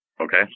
Okay